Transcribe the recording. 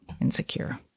insecure